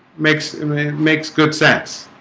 makes it makes good sense